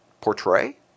portray